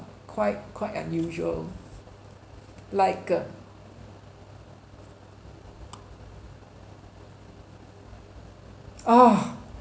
quite quite unusual like uh orh